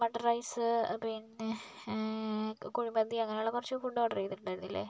mutton rice പിന്നെ കുഴിമന്തി അങ്ങനെയുള്ള കുറച്ച് ഫുഡ് ഓർഡറ് ചെയ്തിട്ടുണ്ടായിരുന്നില്ലേ